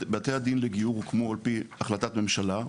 בתי הדין לגיור הוקמו על פי החלטת ממשלה.